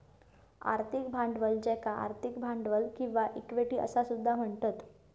आर्थिक भांडवल ज्याका आर्थिक भांडवल किंवा इक्विटी असा सुद्धा म्हणतत